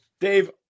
Dave